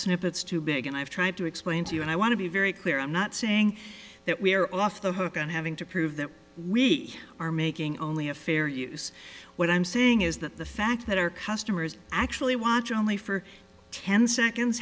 snippets too big and i've tried to explain to you and i want to be very clear i'm not saying that we are off the hook on having to prove that we are making only a fair use what i'm saying is that the fact that our customers actually watch only for ten seconds